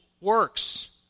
works